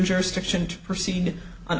jurisdiction to proceed on